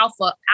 Alpha